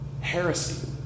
heresy